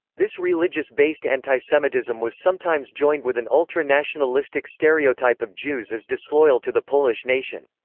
this religious-based antisemitism was sometimes joined with an ultra-nationalistic stereotype of jews as disloyal to the polish nation.